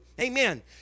Amen